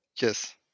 Yes